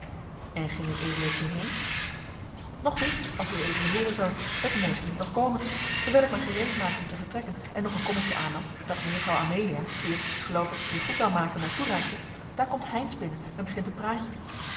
en ging ued toen heen nog niet als ued hooren zal het mooiste moet nog komen terwijl ik mij gereed maakte om te vertrekken en nog een kommetje aannam dat mejuffrouw amelia die het geloof ik weer goed wou maken mij toereikte daar komt heynsz binnen en begint een praatje